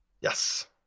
Yes